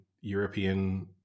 european